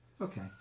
Okay